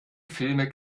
filme